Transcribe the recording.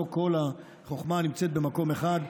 לא כל החוכמה נמצאת במקום אחד,